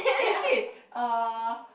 eh shit uh